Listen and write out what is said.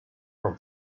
from